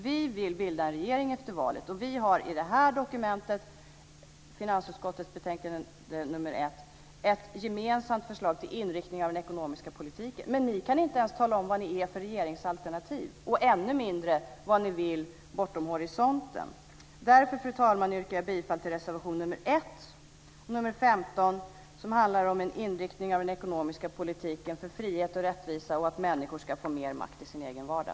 Vi vill bilda en regering efter valet, och vi har i det här dokumentet, finansutskottets betänkande nr 1, ett gemensamt förslag till inriktning av den ekonomiska politiken. Men ni kan inte ens tala om vad ni är för regeringsalternativ och ännu mindre vad ni vill bortom horisonten. Därför, fru talman, yrkar jag bifall till reservationerna nr 1 och nr 15 som handlar om en inriktning av den ekonomiska politiken för frihet och rättvisa och för att människor ska få mer makt i sin egen vardag.